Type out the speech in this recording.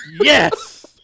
Yes